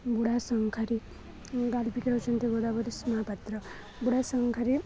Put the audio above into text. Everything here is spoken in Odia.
ବୁଢ଼ା ଶଙ୍ଖାରି ଗାଳିପିକା ହେଉଛନ୍ତି ଗୋଦବରୀ ସୁହାପାତ୍ର ବୁଢ଼ା ଶଙ୍ଖାରି